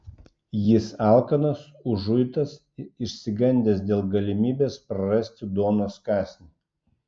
jis alkanas užuitas išsigandęs dėl galimybės prarasti duonos kąsnį